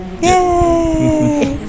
Yay